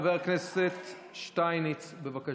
חבר הכנסת שטייניץ, בבקשה.